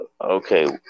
Okay